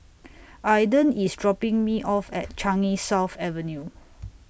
Aydan IS dropping Me off At Changi South Avenue